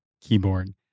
keyboard